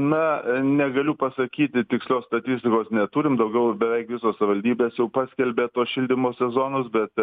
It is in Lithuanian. na negaliu pasakyti tikslios statistikos neturim daugiau beveik visos savivaldybės jau paskelbė tuo šildymo sezonus bet